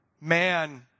man